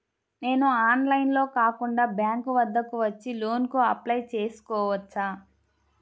నేను ఆన్లైన్లో కాకుండా బ్యాంక్ వద్దకు వచ్చి లోన్ కు అప్లై చేసుకోవచ్చా?